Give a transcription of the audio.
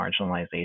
marginalization